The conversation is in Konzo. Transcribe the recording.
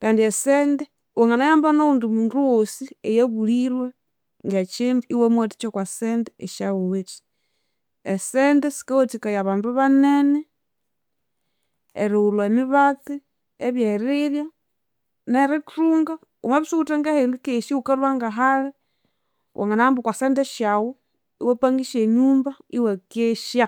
Kndi esente wanganayamba nabulhi mundu wosi eyabulhirwe ngekyindu iwamuwathikya okwasente esyawuwithe. Esente sikawathikaya abandu banene eriwulha emibatsi, ebyerirya, nerithunga wamabya isuwuwithe ngeherikesya iwukalhwa ngahali wangana hamba okwasente syawu iwapangisya enyumba iwakesya